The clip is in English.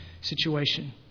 situation